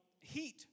heat